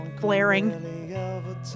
flaring